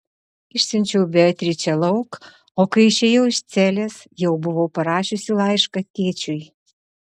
išsiunčiau beatričę lauk o kai išėjau iš celės jau buvau parašiusi laišką tėčiui